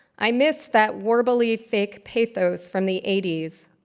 i miss that warbley fake pathos from the eighty s,